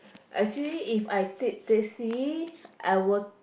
actually If I take taxi I will